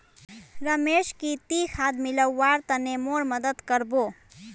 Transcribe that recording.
रमेश की ती खाद मिलव्वार तने मोर मदद कर बो